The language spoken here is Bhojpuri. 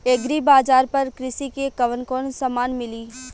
एग्री बाजार पर कृषि के कवन कवन समान मिली?